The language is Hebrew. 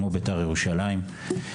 כמו שבית"ר ירושלים פעלה.